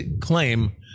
claim